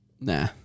nah